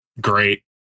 great